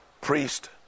priest